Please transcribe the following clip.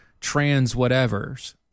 trans-whatevers